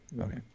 Okay